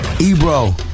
Ebro